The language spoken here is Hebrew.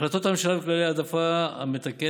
החלטות הממשלה וכללי ההעדפה המתקנת